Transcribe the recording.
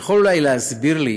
יכול אולי להסביר לי